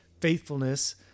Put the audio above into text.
faithfulness